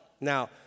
Now